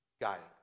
guiding